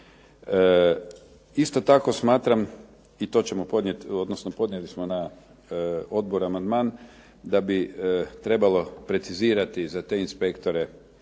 Isto tako, smatram i to ćemo podnijeti odnosno podnijeli smo kao odbor amandman da bi trebalo precizirati za te inspektore